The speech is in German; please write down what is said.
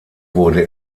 wurde